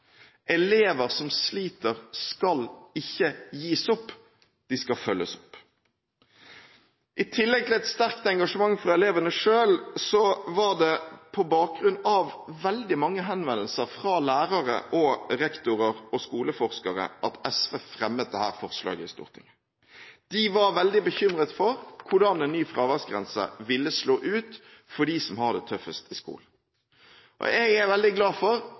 Elever som sliter skal ikke gis opp, de skal følges opp. I tillegg til et sterkt engasjement fra elevene selv, var det på bakgrunn av veldig mange henvendelser fra lærere, rektorer og skoleforskere at SV fremmet dette forslaget i Stortinget. De var veldig bekymret for hvordan en ny fraværsgrense ville slå ut for dem som har det tøffest i skolen. Jeg er veldig glad for